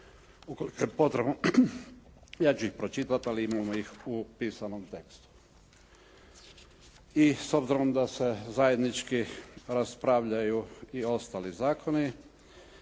Ukoliko je potrebno ja ću ih pročitati ali imamo ih u pisanom tekstu. I s obzirom da se zajednički raspravljaju i ostali zakoni